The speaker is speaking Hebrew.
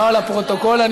לא לפרוטוקול.